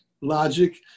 logic